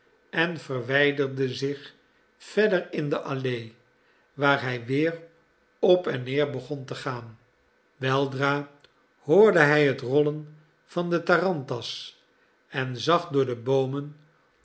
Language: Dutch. en verwijderde zich verder in de allee waar hij weer op en neer begon te gaan weldra hoorde hij het rollen van de tarantas en zag door de boomen